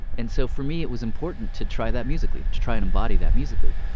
and so for me, it was important to try that musically, to try and embody that musically.